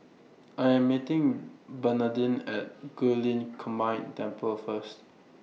I Am meeting Bernardine At Guilin Combined Temple First